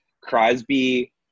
Crosby